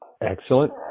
Excellent